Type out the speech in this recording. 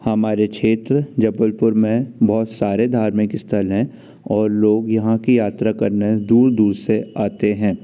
हमारे क्षेत्र जबलपुर में बहुत सारे धार्मिक स्थल हैं और लोग यहाँ कि यात्रा करने दूर दूर से आते हैं